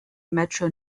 metro